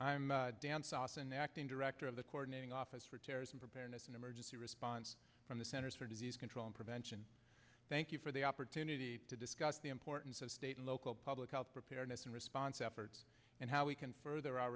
i'm dances and the acting director of the coordinating office for terrorism prepared as an emergency response from the centers for disease control and prevention thank you for the opportunity to discuss the importance of state and local public health preparedness and response efforts and how we can further ou